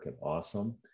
awesome